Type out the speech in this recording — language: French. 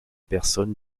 personne